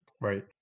Right